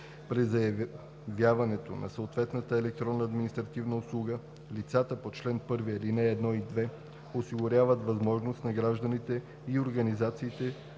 При заявяването на съответната електронна административна услуга лицата по чл. 1, ал. 1 и 2 осигуряват възможност на гражданите и организациите